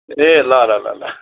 ए ल ल ल